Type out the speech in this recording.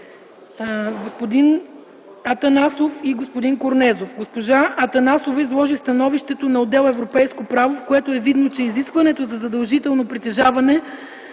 госпожа Д. Атанасова и господин Любен Корнезов. Госпожа Атанасова изложи становището на отдел „Европейско право”, в което е видно, че изискването за задължително притежаване